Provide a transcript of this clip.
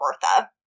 Bertha